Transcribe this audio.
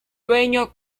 dueño